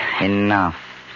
Enough